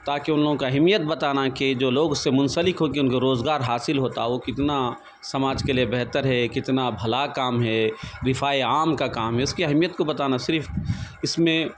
تا کہ ان لوگوں کا اہمیت بتانا کہ جولوگ اس سے منسلک ہو کے ان کو روزگار حاصل ہوتا وہ کتنا سماج کے لیے بہتر ہے کتنا بھلا کام ہے رفاءِ عام کا کام ہے اس کی اہمیت کو بتانا صرف اس میں